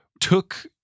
took